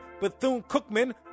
Bethune-Cookman